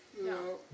No